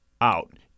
out